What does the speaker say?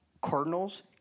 Cardinals